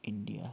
India